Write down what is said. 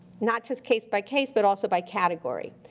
not just case by case, but also by category,